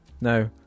no